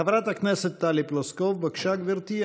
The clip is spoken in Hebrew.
חברת הכנסת טלי פלוסקוב, בבקשה, גברתי.